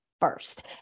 first